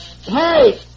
Hey